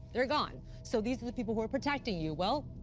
they're gone. so these are the people who were protecting you. well,